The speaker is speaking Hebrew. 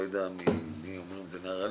לא יודע מי אומר את זה --- הוא